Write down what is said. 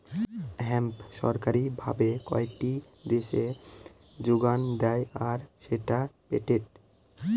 hemp সরকারি ভাবে কয়েকটি দেশে যোগান দেয় আর সেটা পেটেন্টেড